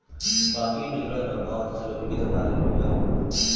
ಬಾಕಿ ಬಿಲ್ಗಳನ್ನು ಪಾವತಿಸಲು ವಿವಿಧ ಮಾರ್ಗಗಳು ಯಾವುವು?